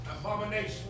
abomination